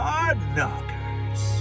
Hardknockers